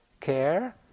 care